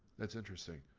that's interesting.